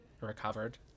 Recovered